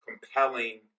compelling